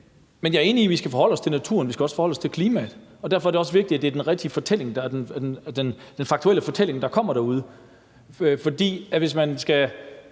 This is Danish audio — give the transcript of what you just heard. Men jeg er enig i, at vi skal forholde os til naturen, og også, at vi skal forholde os til klimaet, og derfor er det også vigtigt, at det er den rigtige og faktuelle fortælling, der bliver bragt derude, for hvis man i